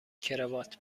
کراوات